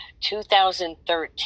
2013